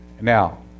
Now